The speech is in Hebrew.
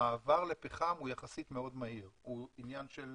המעבר לפחם הוא יחסית מאוד מהיר, הוא עניין של